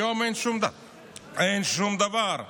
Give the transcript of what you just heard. היום אין שום דבר.